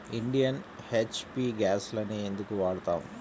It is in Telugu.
ఇండియన్, హెచ్.పీ గ్యాస్లనే ఎందుకు వాడతాము?